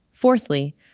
Fourthly